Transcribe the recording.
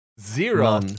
Zero